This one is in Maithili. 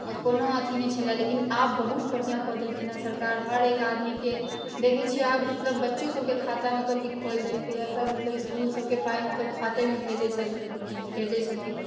कोनो अथि नहि छेलै है लेकिन आब बहुत बढ़िऑं कऽ देलखिन हेँ सरकार हरेक आदमीके देखै छियै आब मतलब बच्चो सभके खाता मतलब कि खोलि देलकै है सभ मतलब इसकुल सभके पाइ मतलब खातेमे भेजै छलखि भेजै छथिन